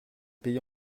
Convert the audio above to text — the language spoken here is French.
pays